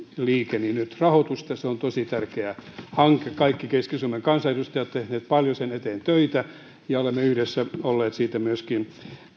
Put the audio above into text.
liikeni nyt rahoitusta se on tosi tärkeä hanke kaikki keski suomen kansanedustajat ovat tehneet paljon sen eteen töitä ja olemme yhdessä olleet siitä myöskin